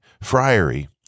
friary